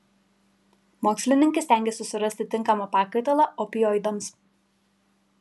mokslininkai stengiasi surasti tinkamą pakaitalą opioidams